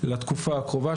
לתקופה הקרובה.